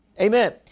Amen